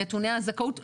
--- נתוני הזכאות.